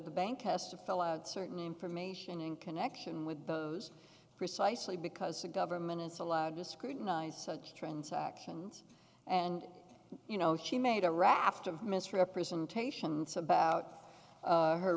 bank us to fill out certain information in connection with those precisely because the government is allowed to scrutinize such transactions and you know she made a raft of misrepresentations about